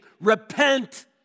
repent